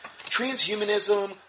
Transhumanism